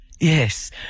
Yes